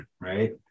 right